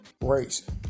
race